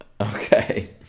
Okay